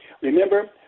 Remember